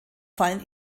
fallen